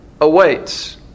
awaits